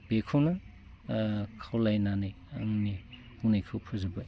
बेखौनो खावलायनानै आंनि बुंनायखौ फोजोब्बाय